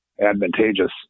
advantageous